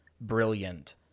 brilliant